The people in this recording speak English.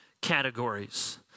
categories